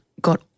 got